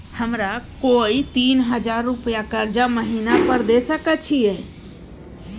हमरा कोय तीन हजार रुपिया कर्जा महिना पर द सके छै?